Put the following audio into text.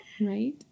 right